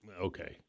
okay